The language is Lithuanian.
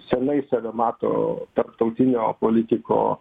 senai save mato tarptautinio politiko